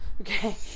Okay